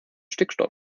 stickstoff